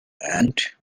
and